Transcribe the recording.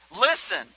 listen